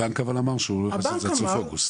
הבנק אמר שהוא הולך לעשות את זה עד סוף אוגוסט.